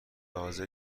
حاضر